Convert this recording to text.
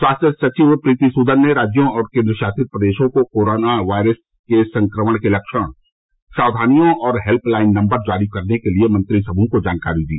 स्वास्थ्य सचिव प्रीति सूदन ने राज्यों और केन्द्र शासित प्रदेशों को कोरोना वायरस के संक्रमण के लक्षण सावधानियों और हेल्प लाइन नंबर जारी करने के लिए मंत्री समूह को जानकारी दी